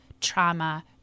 trauma